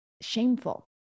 shameful